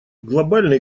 глобальный